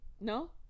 no